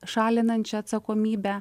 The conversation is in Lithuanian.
šalinančią atsakomybę